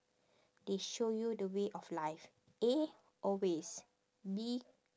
they show you way of life A always B